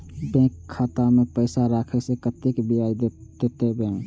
Bank खाता में पैसा राखे से कतेक ब्याज देते बैंक?